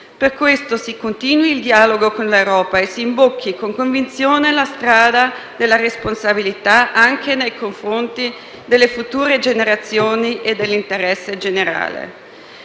Per questo si continui il dialogo con l'Europa e si imbocchi con convinzione la strada della responsabilità anche nei confronti delle future generazioni e dell'interesse generale.